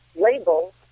labels